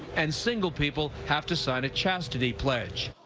and single people have to sign a chastity pledge.